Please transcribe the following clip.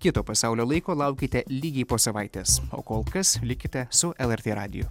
kito pasaulio laiko laukite lygiai po savaitės o kol kas likite su lrt radiju